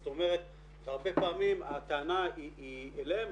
זאת אומרת הרבה פעמים הטענה היא אליהם,